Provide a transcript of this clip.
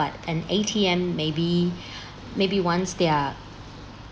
but an A_T_M maybe maybe once they are